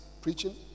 preaching